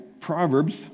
Proverbs